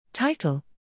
Title